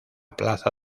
plaza